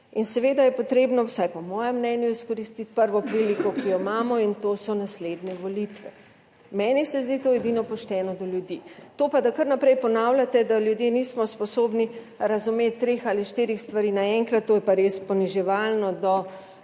in seveda je potrebno, vsaj po mojem mnenju, izkoristiti prvo priliko, ki jo imamo, in to so naslednje volitve. Meni se zdi to edino pošteno do ljudi. **75. TRAK: (JJ) – 16.00** (nadaljevanje) To pa, da kar naprej ponavljate, da ljudje nismo sposobni razumeti treh ali štirih stvari naenkrat, to je pa res poniževalno